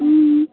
अँ